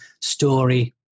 story